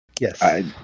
Yes